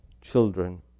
children